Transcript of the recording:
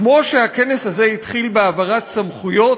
כמו שהכנס הזה התחיל בהעברת סמכויות,